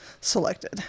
selected